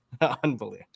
Unbelievable